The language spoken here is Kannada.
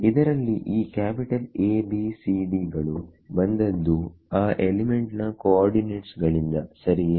ಇದರಲ್ಲಿ ಈ capital A B C D ಗಳು ಬಂದದ್ದು ಆ ಎಲಿಮೆಂಟ್ ನ ಕೋಒರ್ಡಿನೇಟ್ಸ್ ಗಳಿಂದ ಸರಿಯೇ